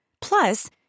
Plus